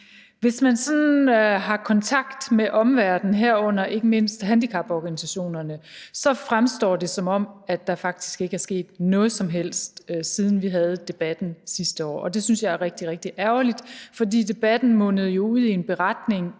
Hvis man har kontakt med omverdenen, herunder ikke mindst handicaporganisationerne, så fremstår det, som om der faktisk ikke er sket noget som helst, siden vi havde debatten sidste år, og det synes jeg er rigtig, rigtig ærgerligt, fordi debatten jo mundede ud i en beretning,